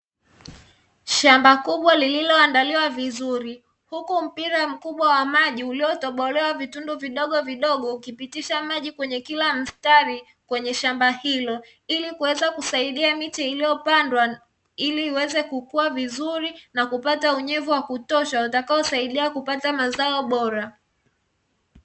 Shama kubwa lililoandaliwa vizuri huku mpira mkubwa wa maji uliotobolewa vitundu vidogo vidogo ukipitisha maji kwenye kila mstari kwenye shamba hilo, ili kuweza kusaidia miche iliyopandwa ili iweze kukuwa vizuri na kupata unyevu wa kutosha utakaosaidia kupata mazao bora.